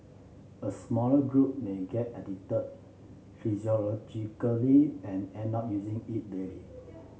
a smaller group may get addicted physiologically and end up using it daily